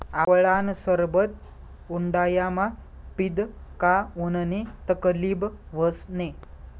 आवळानं सरबत उंडायामा पीदं का उननी तकलीब व्हस नै